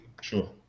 Sure